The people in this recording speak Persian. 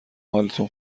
حالتون